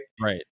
Right